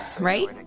right